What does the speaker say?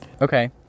Okay